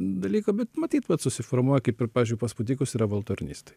dalyko bet matyt vat susiformuoja kaip ir pavyzdžiui pas pūtikus yra valtornistai